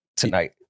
tonight